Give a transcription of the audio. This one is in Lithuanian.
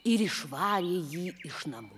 ir išvarė jį iš namų